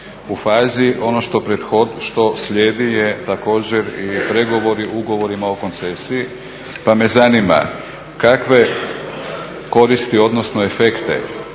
U fazi ono što prethodi je također i pregovori ugovorima o koncesiji. Pa me zanima kakve koristi odnosno efekte